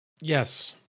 Yes